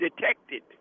detected